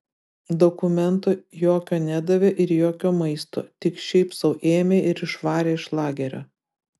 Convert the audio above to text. dokumento jokio nedavė ir jokio maisto tik šiaip sau ėmė ir išvarė iš lagerio